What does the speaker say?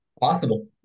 Possible